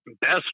best